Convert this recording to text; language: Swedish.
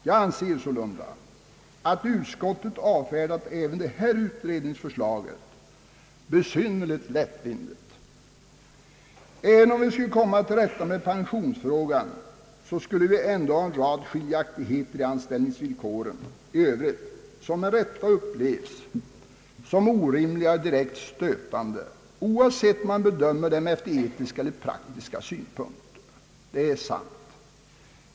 Jag anser sålunda att utskottet avfärdat även detta utredningsförslag besynnerligt lättvindigt. Även om vi skulle komma till rätta med pensionsfrågan, så skulle vi ändå ha en rad skiljaktigheter i anställningsvillkoren i övrigt, som med rätta upp levs som orimliga och direkt stötande, oavsett om man bedömer dem efter etiska eller praktiska synpunkter; det är sant.